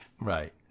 Right